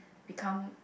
become